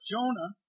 Jonah